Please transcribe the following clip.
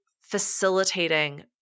facilitating